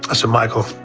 ah so, michael,